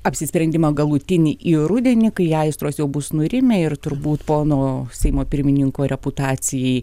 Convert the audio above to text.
apsisprendimą galutinį į rudenį kai aistros jau bus nurimę ir turbūt pono seimo pirmininko reputacijai